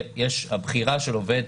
הבחירה של עובד,